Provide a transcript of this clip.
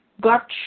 got